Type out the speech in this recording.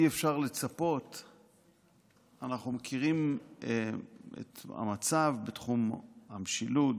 אנחנו מכירים את המצב בתחום המשילות,